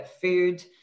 food